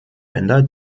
länder